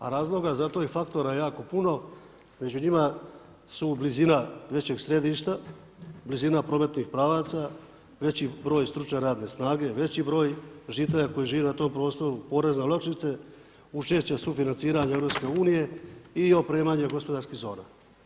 A razloga za to i faktora je jako puno, među njima su blizina većeg središta, blizina prometnih pravaca, veći broj stručne radne snage, veći broj žitelja koji žive na tom prostoru, porezne olakšice, učešće u sufinanciranju EU i opremanje gospodarskih zona.